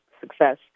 success